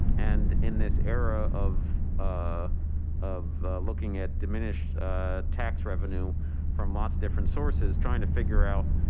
and in this era of ah of looking at diminished tax revenue from lots different sources, trying to figure out